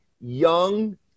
young